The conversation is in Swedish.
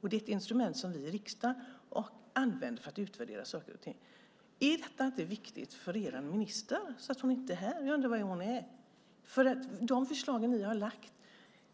Det är ett instrument som vi i riksdagen använder för att utvärdera saker och ting. Är detta inte viktigt för er minister eftersom hon inte är här? Jag undrar var hon är. De förslag som ni har lagt fram